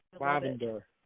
Lavender